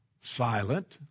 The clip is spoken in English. silent